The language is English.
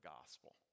gospel